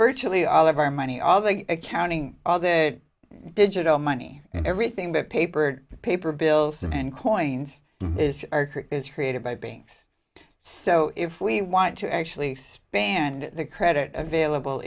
virtually all of our money all the accounting all the digital money and everything that papered paper bills and coins is created by beings so if we want to actually spanned the credit available